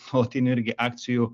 nuolatinių irgi akcijų